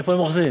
איפה הם אוחזים?